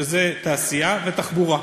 שזה תעשייה ותחבורה,